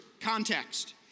context